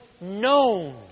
known